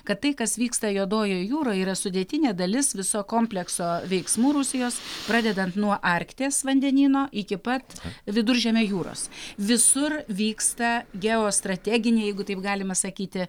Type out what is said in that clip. kad tai kas vyksta juodojoj jūroj yra sudėtinė dalis viso komplekso veiksmų rusijos pradedant nuo arkties vandenyno iki pat viduržemio jūros visur vyksta geostrateginiai jeigu taip galima sakyti